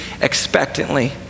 expectantly